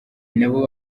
nabo